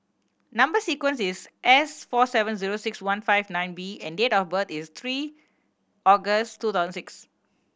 number sequence is S four seven zero six one five nine B and date of birth is three August two thousand six